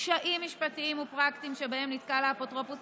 קשיים משפטיים ופרקטיים שבהם נתקל האפוטרופוס